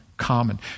common